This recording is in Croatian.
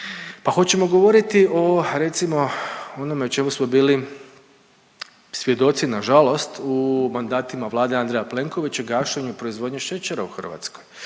hoćemo govoriti o recimo onome čemu smo bili svjedoci na žalost u mandatima Vlade Andreja Plenkovića gašenju proizvodnje šećera u Hrvatskoj.